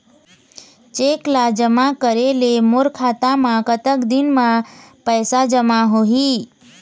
Cheque ला जमा करे ले मोर खाता मा कतक दिन मा पैसा जमा होही?